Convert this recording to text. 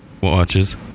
watches